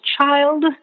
child